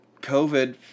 COVID